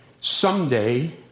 someday